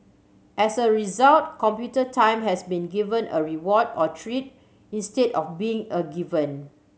as a result computer time has been given a reward or treat instead of being a given